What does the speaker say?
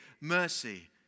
mercy